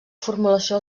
formulació